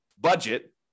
budget